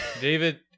David